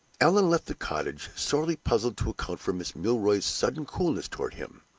allan left the cottage, sorely puzzled to account for miss milroy's sudden coolness toward him.